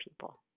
people